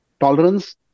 Tolerance